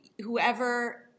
whoever